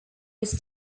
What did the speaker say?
his